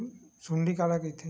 सुंडी काला कइथे?